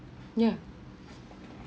ya